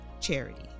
charity